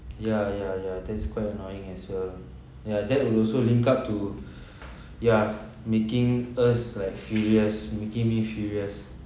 ya ya ya that's quite annoying as well yeah that would also link up to yeah making us like furious making me furious